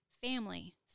Family